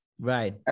Right